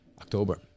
October